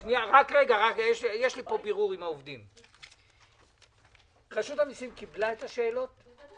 לשנה שבה חלה תקופת הזכאות (בפסקה